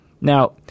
Now